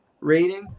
rating